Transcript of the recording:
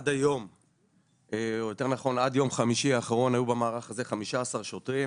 עד יום חמישי האחרון היו במערך הזה 15 שוטרים